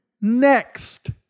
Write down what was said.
next